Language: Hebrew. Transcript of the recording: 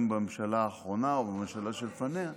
אם בממשלה האחרונה או בממשלה שלפניה,